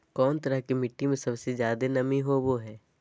कौन तरह के मिट्टी में सबसे जादे नमी होबो हइ?